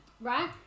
Right